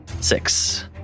six